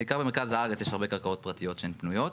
בעיקר במרכז הארץ יש הרבה קרקעות פרטיות שהן פנויות.